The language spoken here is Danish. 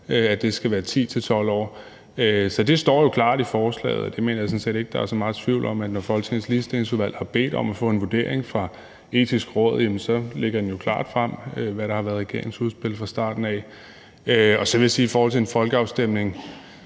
at det skal være 10-12 år. Så det står jo klart i forslaget. Og jeg mener sådan set ikke, at der er så meget tvivl om, at når Folketingets Ligestillingsudvalg har bedt om at få en vurdering fra Det Etiske Råd, jamen så ligger det det jo klart frem, hvad der har været regeringens udspil fra starten. Og så vil jeg sige i forhold til en folkeafstemning: